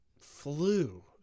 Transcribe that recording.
flew